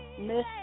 Miss